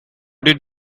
did